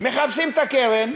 מחפשים את הקרן,